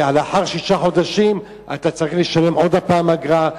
כי לאחר שישה חודשים אתה צריך לשלם עוד פעם אגרה,